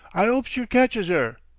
i opes yer catches er.